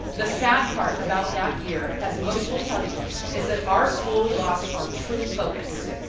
the sad part about that year as most will tell you is that our school lost our true focus.